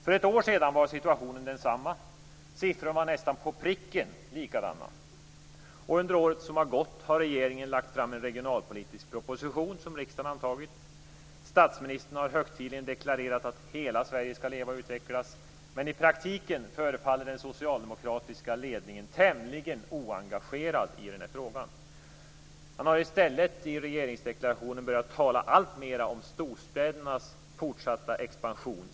För ett år sedan var situationen densamma. Siffrorna var nästan på pricken likadana. Under året som har gått har regeringen lagt fram en regionalpolitisk proposition som riksdagen antagit. Statsministern har högtidligen deklarerat att hela Sverige skall leva och utvecklas. Men i praktiken förefaller den socialdemokratiska ledningen tämligen oengagerad i den här frågan. Man har i stället i regeringsdeklarationen börjat tala alltmer om storstädernas fortsatta expansion.